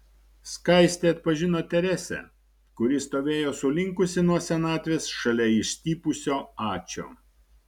skaistė atpažino teresę kuri stovėjo sulinkusi nuo senatvės šalia išstypusio ačio